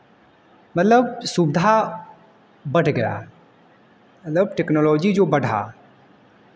मतलब सुविधा बढ़ गया मतलब टेक्नोलॉजी जो बढ़ा